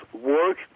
work